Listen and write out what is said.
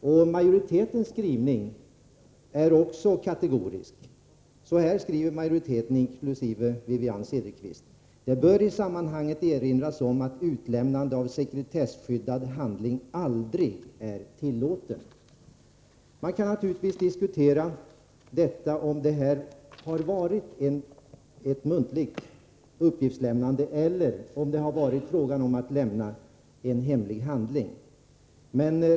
Även utskottsmajoritetens skrivning är kategorisk. Så här skriver majoriteten, inkl. Wivi-Anne Cederqvist: ”Det bör i sammanhanget erinras om att utlämnande av allmän sekretesskyddad handling aldrig är tillåtet.” Man kan naturligtvis diskutera om detta har varit ett muntligt uppgiftslämnande eller om det har varit fråga om att lämna ut en hemlig handling.